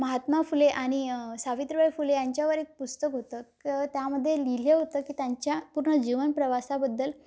महात्मा फुले आणि सावित्रवाई फुले यांच्यावर एक पुस्तक होतं क त्यामध्ये लिहिलं होतं की त्यांच्या पूर्ण जीवन प्रवासाबद्दल